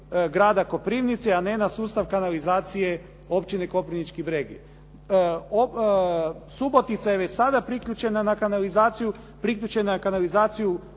grada Koprivnice, a ne na sustav kanalizacije Općine Koprivnički Bregi. Subotica je već sada priključena na kanalizaciju.